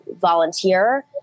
volunteer